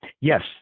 Yes